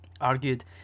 argued